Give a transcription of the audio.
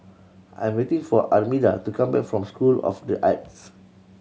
I am waiting for Armida to come back from School of The Arts